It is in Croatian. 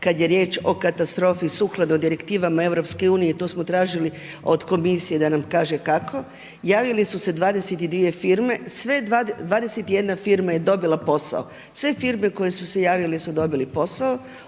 kada je riječ o katastrofi sukladno direktivama EU i to smo tražili od komisije da nam kaže kako, javili su se 22 firme. Sve 21 firma je dobila posao, sve firme koje su se javile dobile su posao.